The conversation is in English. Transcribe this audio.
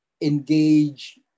engage